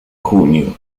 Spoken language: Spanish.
junio